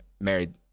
married